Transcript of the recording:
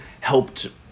helped